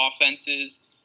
offenses